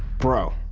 bro,